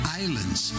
islands